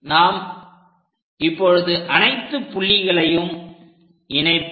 நாம் இப்பொழுது அனைத்து புள்ளிகளையும் இணைப்போம்